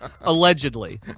allegedly